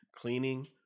cleaning